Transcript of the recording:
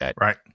Right